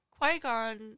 Qui-Gon